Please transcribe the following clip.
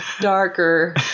darker